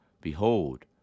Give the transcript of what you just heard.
Behold